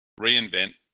reinvent